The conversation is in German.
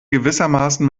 gewissermaßen